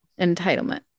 entitlement